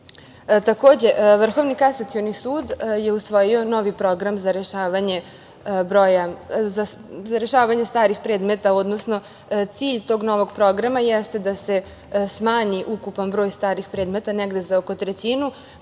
dopasti. Vrhovni kasacioni sud je usvojio novi program za rešavanje starih predmeta, odnosno cilj tog novog programa jeste da se smanji ukupan broj starih predmeta negde za oko trećinu.